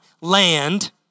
land